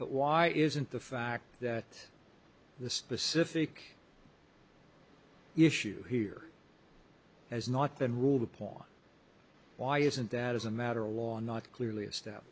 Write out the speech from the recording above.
but why isn't the fact that the specific issue here has not been ruled upon why isn't that as a matter of law and not clearly